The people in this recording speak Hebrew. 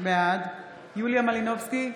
בעד יוליה מלינובסקי,